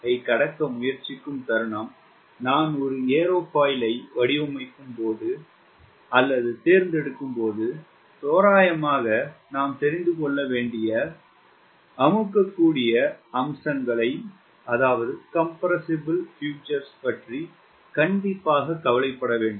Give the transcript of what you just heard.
3 கடக்க முயற்சிக்கும் தருணம் நான் ஒரு ஏரோஃபாயிலை வடிவமைக்கும்போது அல்லது தேர்ந்தெடுக்கும்போது தோராயமாக நாம் தெரிந்து கொள்ள வேண்டிய அமுக்கக்கூடிய அம்சங்களைப் பற்றி கவலைப்பட வேண்டும்